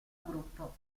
gruppo